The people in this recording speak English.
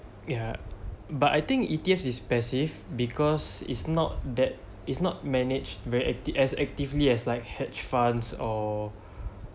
ya but I think E_T_F is passive because it's not that it's not managed very active as actively as like hedge funds or